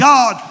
God